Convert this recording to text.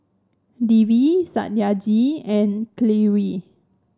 Devi Satyajit and Kalluri